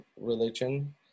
religion